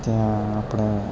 ત્યાં આપણે